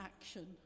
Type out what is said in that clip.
action